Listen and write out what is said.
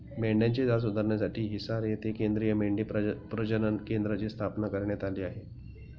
मेंढ्यांची जात सुधारण्यासाठी हिसार येथे केंद्रीय मेंढी प्रजनन केंद्राची स्थापना करण्यात आली आहे